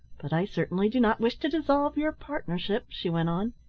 but i certainly do not wish to dissolve your partnership, she went on.